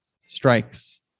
strikes